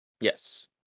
Yes